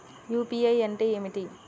UPI అంటే ఏమిటి?